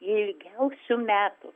ilgiausių metų